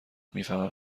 میفهمم